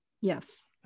Yes